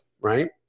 Right